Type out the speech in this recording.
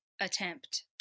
attempt